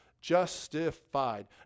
justified